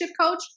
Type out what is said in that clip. coach